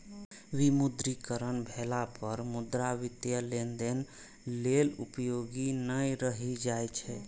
विमुद्रीकरण भेला पर मुद्रा वित्तीय लेनदेन लेल उपयोगी नै रहि जाइ छै